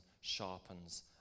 sharpens